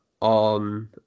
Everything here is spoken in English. on